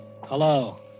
Hello